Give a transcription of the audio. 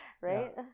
right